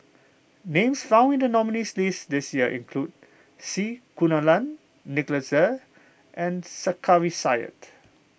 names found in the nominees' list this year include C Kunalan Nicholas Ee and Sarkasi Said